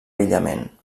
aïllament